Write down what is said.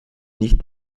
nicht